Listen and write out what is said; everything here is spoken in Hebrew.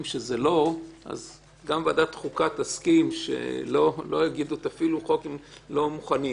שזה לא אז גם ועדת חוקה תסכים שלא יגידו להפעיל חוק אם לא מוכנים.